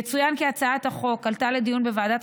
יצוין כי הצעת החוק עלתה לדיון בוועדת